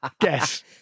Guess